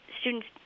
students